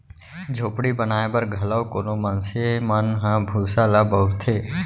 झोपड़ी बनाए बर घलौ कोनो मनसे मन ह भूसा ल बउरथे